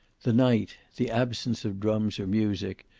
the night, the absence of drums or music,